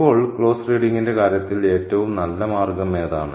ഇപ്പോൾ ക്ലോസ് റീഡിങ്ങിന്റെ കാര്യത്തിൽ ഏറ്റവും നല്ല മാർഗം ഏതാണ്